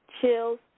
chills